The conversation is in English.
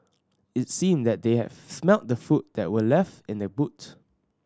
it seemed that they have smelt the food that were left in the boot